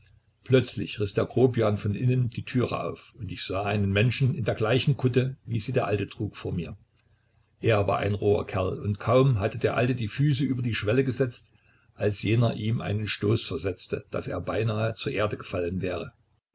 plötzlich riß der grobian von innen die türe auf und ich sah einen menschen in der gleichen kutte wie sie der alte trug vor mir er war ein roher kerl und kaum hatte der alte die füße über die schwelle gesetzt als jener ihm einen stoß versetzte daß er beinahe zur erde gefallen wäre